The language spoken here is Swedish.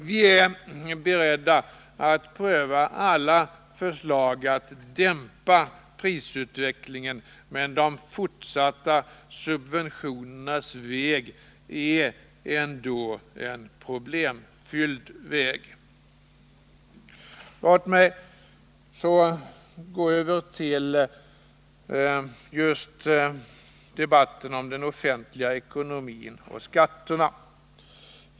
Vi är beredda att pröva alla förslag att dämpa prisutvecklingen, men de fortsatta subventionernas väg är problemfylld. Låt mig så gå över till debatten om den offentliga ekonomin och skatterna.